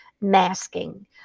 masking